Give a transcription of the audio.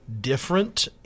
different